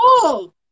cool